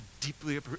deeply